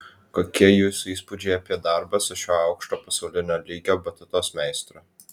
kokie jūsų įspūdžiai apie darbą su šiuo aukšto pasaulinio lygio batutos meistru